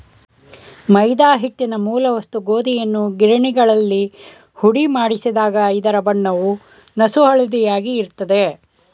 ಮೈದಾ ಹಿಟ್ಟಿನ ಮೂಲ ವಸ್ತು ಗೋಧಿಯನ್ನು ಗಿರಣಿಗಳಲ್ಲಿ ಹುಡಿಮಾಡಿಸಿದಾಗ ಇದರ ಬಣ್ಣವು ನಸುಹಳದಿಯಾಗಿ ಇರ್ತದೆ